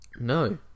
No